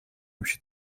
общей